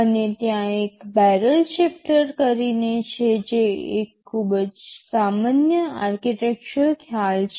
અને ત્યાં એક બેરલ શિફ્ટર કરીને છે જે એક ખૂબ જ સામાન્ય આર્કિટેક્ચરલ ખ્યાલ છે